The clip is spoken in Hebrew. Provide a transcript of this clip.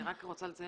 אני רק רוצה לציין